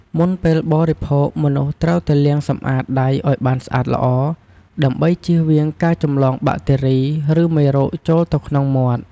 មុនពេលបរិភោគ មនុស្សត្រូវតែលាងសម្អាតដៃឱ្យបានស្អាតល្អ ដើម្បីចៀសវាងការចម្លងបាក់តេរី ឬមេរោគចូលទៅក្នុងមាត់។